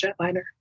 jetliner